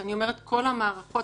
כשאני אומרת "כל המערכות",